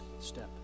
step